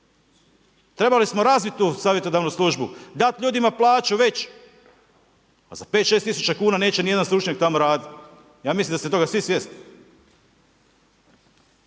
Trebali smo razvoditi tu savjetodavnu službu, dati ljudima plaću veću, pa za 5-6 tisuća kn, neće ni jedan stručnjak tamo raditi, ja mislim da ste toga svi svjesni.